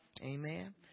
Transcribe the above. amen